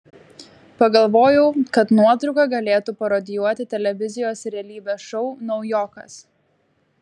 pagalvojau kad nuotrauka galėtų parodijuoti televizijos realybės šou naujokas